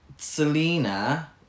selena